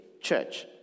church